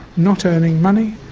not earning money?